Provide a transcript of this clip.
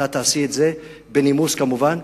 אנא תעשי את זה בנימוס כמובן.